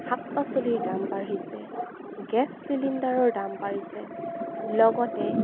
শাক পাচলিৰ দাম বাঢ়িছে গেছ চিলিণ্ডাৰৰ দাম বাঢ়িছে লগতে